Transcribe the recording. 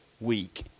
week